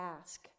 ask